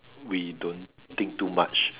we don't think too much